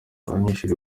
abanyeshuri